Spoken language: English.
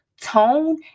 tone